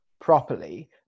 properly